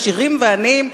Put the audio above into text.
עשירים ועניים,